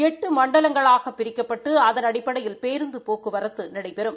எட்டு மண்டலங்களாக பிரிக்கப்பட்டு அதன் அடிப்படையில் பேருந்து போக்குவரத்து நடைபெறும்